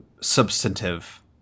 substantive